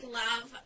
love